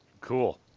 Cool